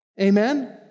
Amen